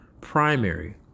primary